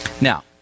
Now